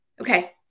okay